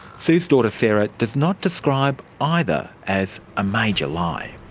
sue's daughter sarah does not describe either as a major lie.